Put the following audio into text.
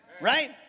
Right